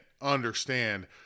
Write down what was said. understand